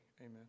Amen